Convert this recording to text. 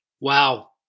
Wow